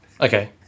Okay